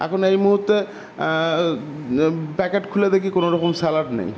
এখন এই মুহুর্তে প্যাকেট খুলে দেখি কোনো রকম সালাড নেই